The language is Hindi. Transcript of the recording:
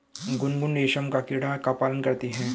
गुनगुन रेशम का कीड़ा का पालन करती है